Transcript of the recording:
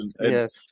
yes